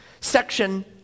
section